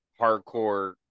hardcore